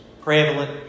prevalent